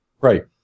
Right